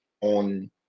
on